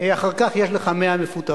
אחר כך יש לך 100 מפוטרים.